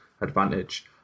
advantage